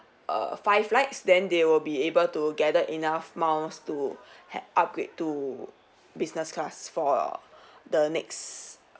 err five flights then they would be able to gather enough miles to ha~ upgrade to business class for the next